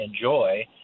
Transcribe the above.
enjoy